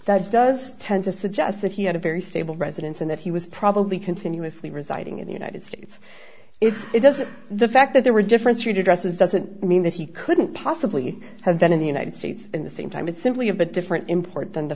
that does tend to suggest that he had a very stable residence and that he was probably continuously residing in the united states if it doesn't the fact that there were difference he dresses doesn't mean that he couldn't possibly have been in the united states in the same time would simply have a different import than the